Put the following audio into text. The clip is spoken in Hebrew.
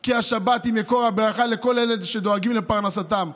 כי השבת היא מקור הברכה לכל אלה שדואגים לפרנסתם.